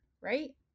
right